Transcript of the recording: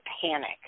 panic